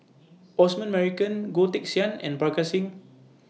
Osman Merican Goh Teck Sian and Parga Singh